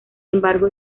embargo